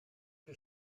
que